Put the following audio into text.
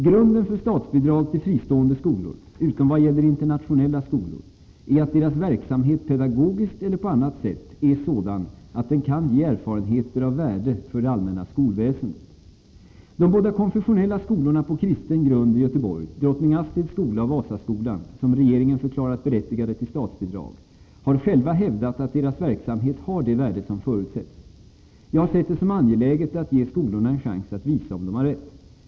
Grunden för statsbidrag till fristående skolor, utom vad gäller internationella skolor, är att deras verksamhet pedagogiskt eller på annat sätt är sådan att den kan ge erfarenheter av värde för det allmänna skolväsendet. De båda konfessionella skolorna på kristen grund i Göteborg som regeringen förklarat berättigade till statsbidrag, Drottning Astrids skola och Vasaskolan, har själva hävdat att deras verksamhet har det värde som förutsätts. Jag har sett det som angeläget att ge skolorna en chans att visa om de har rätt.